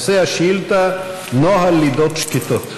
נושא השאילתה: נוהל לידות שקטות.